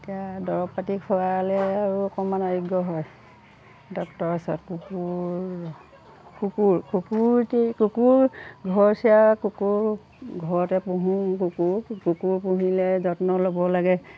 এতিয়া দৰব পাতি খুৱালে আৰু অকণমান আৰোগ্য হয় ডক্তৰৰ ওচত কুকুৰ কুকুৰ কুকুৰটি কুকুৰ ঘৰচীয়া কুকুৰ ঘৰতে পুহোঁ কুকুৰ কুকুৰ পুহিলে যত্ন ল'ব লাগে